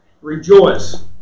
Rejoice